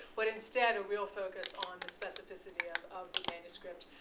but instead, a real focus on the specificity of of the manuscript,